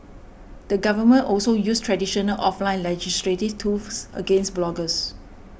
the government also used traditional offline legislative against bloggers